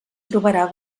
trobarà